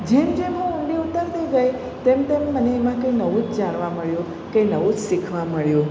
જેમ જેમ હું ઊંડી ઊતરતી ગઈ તેમ તેમ મને એમાં કંઈ નવું જ જાણવા મળ્યું કે નવું જ શીખવા મળ્યું